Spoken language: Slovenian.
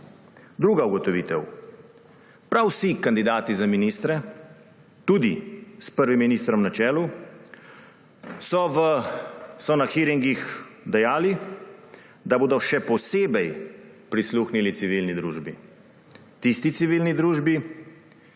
Druga ugotovitev. Prav vsi kandidati za ministre, tudi s prvim ministrom na čelu, so na hearingih dejali, da bodo še posebej prisluhnili civilni družbi, tisti civilni družbi,